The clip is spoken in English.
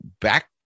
back